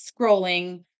scrolling